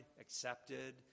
accepted